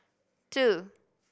two